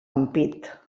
ampit